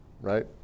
right